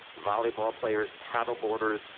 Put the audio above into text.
volleyball players, paddle boarders,